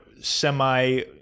semi